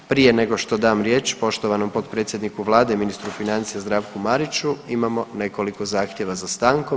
Prije nego što dam riječ poštovanom potpredsjedniku Vlade i ministru financija Zdravku Mariću, imamo nekoliko zahtjeva za stankom.